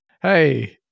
Hey